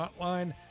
Hotline